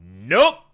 Nope